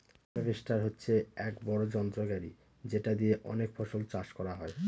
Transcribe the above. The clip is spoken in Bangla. হার্ভেস্টর হচ্ছে এক বড়ো যন্ত্র গাড়ি যেটা দিয়ে অনেক ফসল চাষ করা যায়